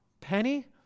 penny